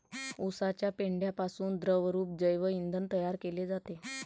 उसाच्या पेंढ्यापासून द्रवरूप जैव इंधन तयार केले जाते